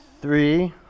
three